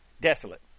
desolate